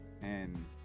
and-